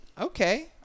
Okay